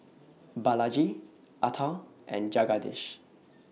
Balaji Atal and Jagadish